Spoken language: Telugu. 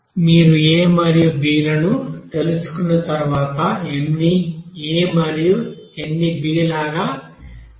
మీరు a మరియు b లను తెలుసుకున్న తర్వాత m ని a మరియు n ని b లాగా పరిగణించవచ్చు